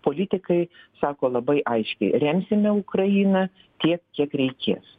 politikai sako labai aiškiai remsime ukrainą tiek kiek reikės